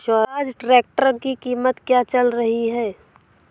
Swaraj tractor की कीमत क्या चल रही है?